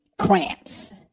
cramps